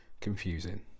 confusing